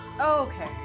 Okay